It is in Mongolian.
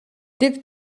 дэг